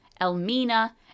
Elmina